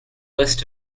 list